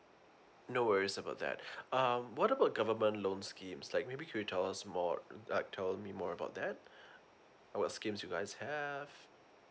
no worries about that um what about government loans schemes like maybe could you tell us more like tell me more about that what schemes you guys have